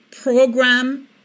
program